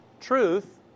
Truth